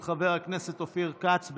של חבר הכנסת אופיר כץ.